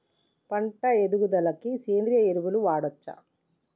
పంట ఎదుగుదలకి సేంద్రీయ ఎరువులు వాడచ్చా?